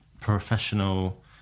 professional